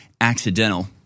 accidental